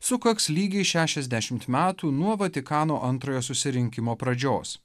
sukaks lygiai šešiasdešimt metų nuo vatikano antrojo susirinkimo pradžios